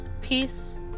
Peace